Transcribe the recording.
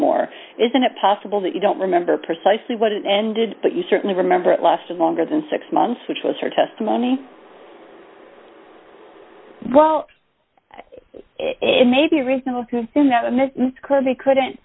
more isn't it possible that you don't remember precisely what it ended but you certainly remember it lasted longer than six months which was her testimony well it may be reasonable to assume that mrs kirby couldn't